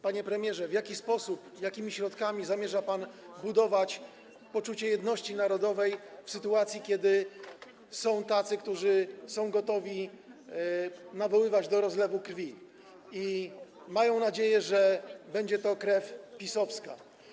Panie premierze, w jaki sposób i jakimi środkami zamierza pan budować poczucie jedności narodowej w sytuacji, kiedy są tacy, którzy są gotowi nawoływać do rozlewu krwi i mają nadzieję, że będzie to krew PiS-owska?